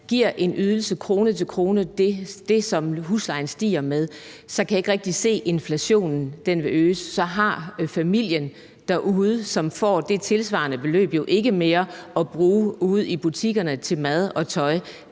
giver en ydelse, som svarer til det, som huslejen stiger med, kan jeg ikke rigtig se, at inflationen vil øges. Så har familierne derude, som får det tilsvarende beløb, jo ikke mere at bruge ude i butikkerne til mad og tøj.